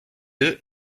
œufs